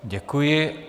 Děkuji.